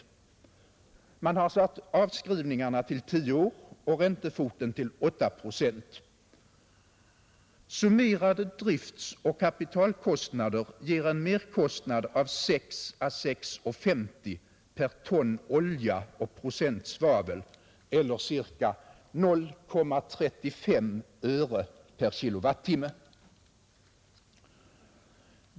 Man har satt avskrivningarna till 10 år och räntefoten till 8 procent. Summerade driftoch kapitalkostnader ger en merkostnad av 6 kronor å 6:50 per ton olja och procent svavel eller ca 0,35 öre per kilowattimme.